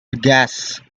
aghast